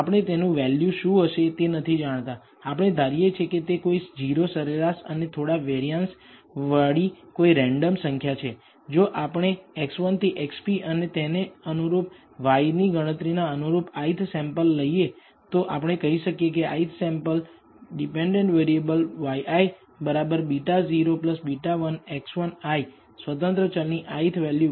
આપણે તેનું વેલ્યુ શું હશે તે નથી જાણતા આપણે ધારીએ છીએ કે તે કોઈ 0 સરેરાશ અને થોડા વેરીયાંસ વાળી કોઈ રેન્ડમ સંખ્યા છે જો આપણે x1 થી xp અને તેને અનુરૂપ y ની ગણતરીના અનુરૂપ ith સેમ્પલ લઈએ તો આપણે કહી શકીએ કે ith સેમ્પલ આશ્રિત ચલ yi β0 β1 x1 i સ્વતંત્ર ચલ ની ith વેલ્યુ 1 છે